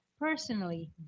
personally